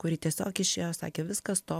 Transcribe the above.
kuri tiesiog išėjo sakė viskas stop